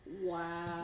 Wow